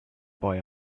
boy